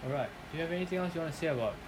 alright do you have anything else you wanna say about